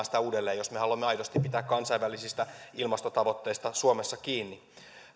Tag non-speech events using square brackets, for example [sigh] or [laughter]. [unintelligible] sitä uudelleen jos me haluamme aidosti pitää kansainvälisistä ilmastotavoitteista suomessa kiinni